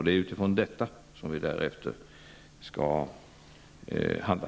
Det är utifrån det som vi skall handla.